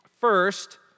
First